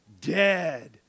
dead